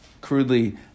crudely